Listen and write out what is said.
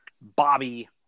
Bobby